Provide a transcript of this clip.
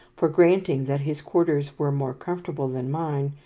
for, granting that his quarters were more comfortable than mine,